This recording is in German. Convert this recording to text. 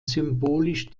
symbolisch